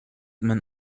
man